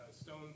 Stone